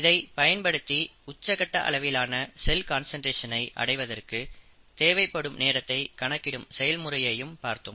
இதை பயன்படுத்தி உச்ச கட்ட அளவிலான செல் கான்சன்ட்ரேஷன் ஐ அடைவதற்கு தேவைப்படும் நேரத்தை கணக்கிடும் செயல் முறையையும் பார்த்தோம்